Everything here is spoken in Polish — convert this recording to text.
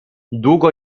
długo